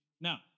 Now